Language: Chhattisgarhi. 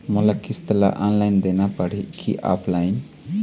मोला किस्त ला ऑनलाइन देना पड़ही की ऑफलाइन?